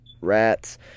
rats